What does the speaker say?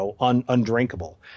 undrinkable